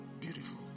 Beautiful